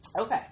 Okay